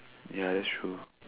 ya that's true